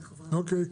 אוקי,